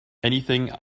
anything